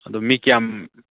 ꯑꯗꯨ ꯃꯤ ꯀꯌꯥꯝ